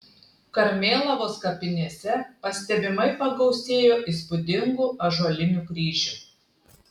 karmėlavos kapinėse pastebimai pagausėjo įspūdingų ąžuolinių kryžių